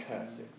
curses